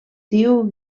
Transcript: diu